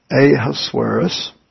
Ahasuerus